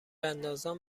اندازان